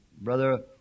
Brother